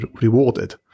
rewarded